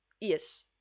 yes